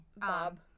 Bob